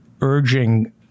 urging